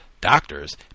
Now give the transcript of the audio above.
doctors